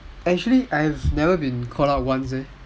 actually I have never been called up once leh